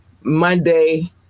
Monday